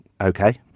okay